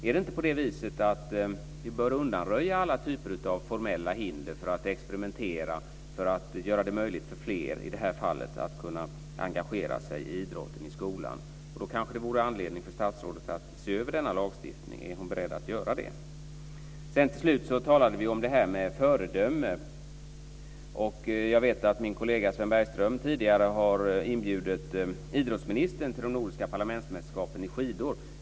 Är det inte på det viset att vi bör undanröja alla typer av formella hinder för att experimentera och för att göra det möjligt för fler i det här fallet att engagera sig i idrotten i skolan. Och då kanske det vore anledning för statsrådet att se över denna lagstiftning. Är hon beredd att göra det? Till slut talade vi om föredömen. Jag vet att min kollega Sven Bergström tidigare har inbjudit idrottsministern till de nordiska parlamentsmästerskapen på skidor.